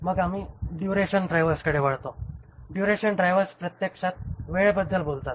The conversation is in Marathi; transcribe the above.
मग आम्ही ड्युरेशन ड्रायव्हर्सकडे वळतो ड्युरेशन ड्रायव्हर्स प्रत्यक्षात वेळबद्दल बोलतात